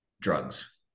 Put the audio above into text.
drugs